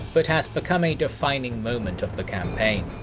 but has become a defining moment of the campaign.